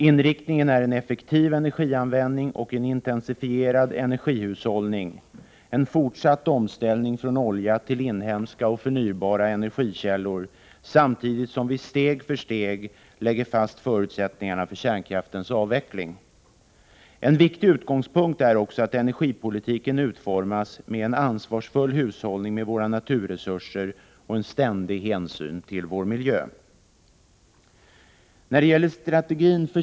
Inriktningen är en effektiv energianvändning och en intensifierad energihushållning, en fortsatt omställning från olja till inhemska och förnybara energikällor, samtidigt som vi steg för steg lägger fast förutsättningarna för kärnkraftens avveckling. En viktig utgångspunkt är också att energipolitiken utformas med en ansvarsfull hushållning med våra naturresurser och en ständig hänsyn till vår miljö.